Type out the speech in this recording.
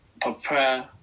prepare